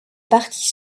partie